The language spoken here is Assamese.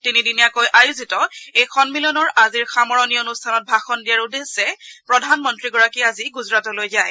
তিনিদিনীয়াকৈ আয়োজিত এই সম্মিলনৰ আজিৰ সামৰণি অনুষ্ঠানত ভাষণ দিয়াৰ উদ্দেশ্যে প্ৰধানমন্ত্ৰীগৰাকী আজি গুজৰাটলৈ যায়